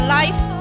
life